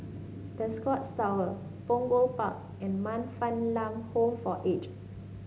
The Scotts Punggol Park and Man Fatt Lam Home for Aged